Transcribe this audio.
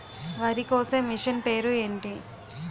వరి కోసే మిషన్ పేరు ఏంటి